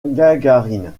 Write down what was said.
gagarine